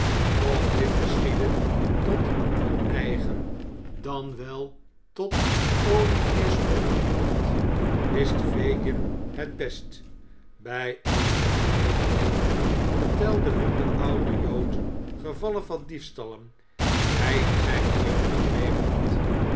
of dit geschiedde tot hun eigen dan wel tot olivier's onderricht wist fagin het best bij andere gelegenheden vertelde hun de oude jood gevallen van diefstallen die hij in zijne jeugd bedreven had